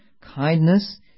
kindness